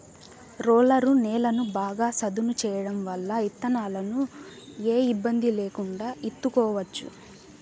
roller నేలను బాగా సదును చేయడం వల్ల ఇత్తనాలను ఏ ఇబ్బంది లేకుండా ఇత్తుకోవచ్చు